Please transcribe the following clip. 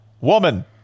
woman